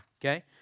okay